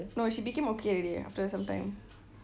no she became okay already after some time